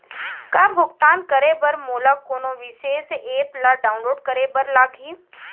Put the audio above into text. का भुगतान करे बर मोला कोनो विशेष एप ला डाऊनलोड करे बर लागही